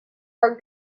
our